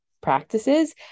practices